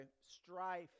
strife